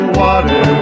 water